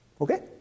Okay